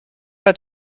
pas